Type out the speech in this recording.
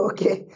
Okay